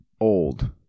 old